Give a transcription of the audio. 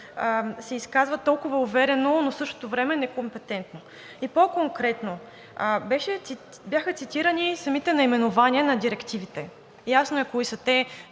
се изказват толкова уверено, но в същото време некомпетентно. И по-конкретно, бяха цитирани самите наименования на директивите – ясно е кои са те.